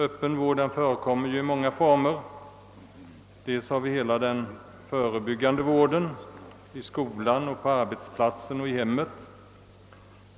Öppen vård förekommer ju i många former: dels har vi hela den förebyggande vården i skolan, på arbetsplatsen och i hemmet,